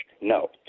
No